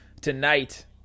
tonight